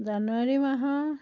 জানুৱাৰী মাহৰ